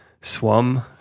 swum